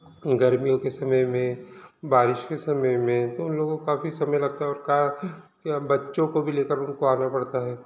गर्मियों के समय में बारिश के समय में तो उन लोगों को काफ़ी समय लगता है और का बच्चों को भी लेकर उनको आना पड़ता है